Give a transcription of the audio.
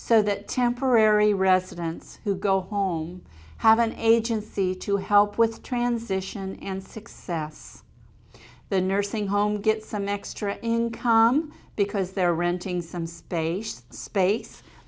so that temporary residents who go home have an agency to help with transition and success the nursing home get some extra income because they're renting some space to space